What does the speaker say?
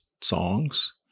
songs